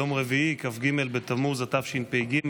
יום רביעי כ"ג בתמוז התשפ"ג,